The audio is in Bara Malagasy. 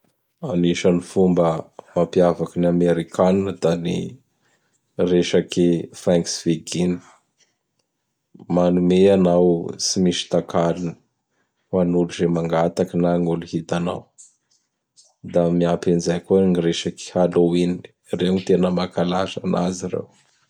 Anisan'ny fomba mampiavaky ny Amerikanina da ny resaky ''Thanksviging". Manome anao tsy misy takalony ho an'olo ze mangataky na gn' olo hitanao; Da miapy an zay koa gny resaky Halloween. Reo gny tena mankalaza anazy reo.